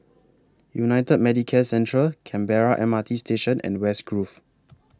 United Medicare Centre Canberra M R T Station and West Grove